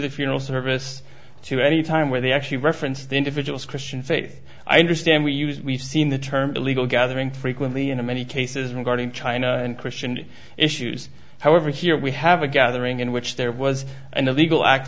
the funeral service to any time where they actually referenced individuals christian faith i understand we use we've seen the term illegal gathering frequently in a many cases regarding china and christian issues however here we have a gathering in which there was an illegal act